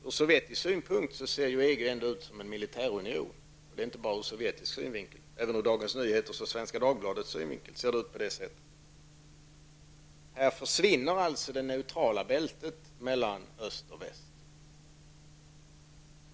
Ur sovjetisk synpunkt ser EG ändå ut som en militärunion, och förresten inte bara ur sovjetisk synpunkt -- även ur Dagens Nyheters och Svenska Dagbladets synvinkel ser EG ut på det sättet. Här försvinner alltså det neutrala bältet mellan öst och väst.